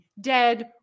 dead